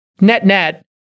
Net-net